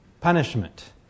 punishment